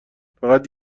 فقط